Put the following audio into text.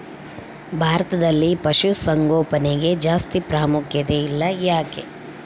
ಭಾರತದಲ್ಲಿ ಪಶುಸಾಂಗೋಪನೆಗೆ ಜಾಸ್ತಿ ಪ್ರಾಮುಖ್ಯತೆ ಇಲ್ಲ ಯಾಕೆ?